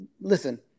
listen